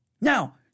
Now